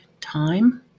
time